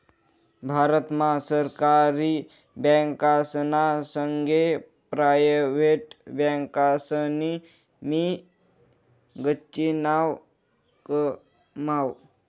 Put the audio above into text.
भारत मा सरकारी बँकासना संगे प्रायव्हेट बँकासनी भी गच्ची नाव कमाव